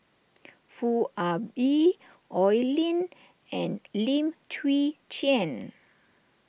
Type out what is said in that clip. Foo Ah Bee Oi Lin and Lim Chwee Chian